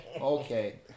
Okay